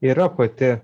yra pati